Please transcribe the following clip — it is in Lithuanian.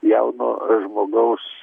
jauno žmogaus